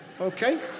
Okay